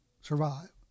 survive